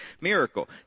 Miracle